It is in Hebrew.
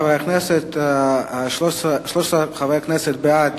חברי חברי הכנסת, 13 חברי כנסת בעד,